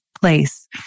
place